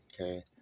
Okay